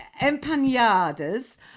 empanadas